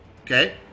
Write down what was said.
okay